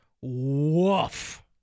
woof